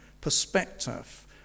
perspective